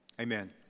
amen